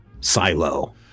silo